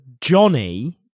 Johnny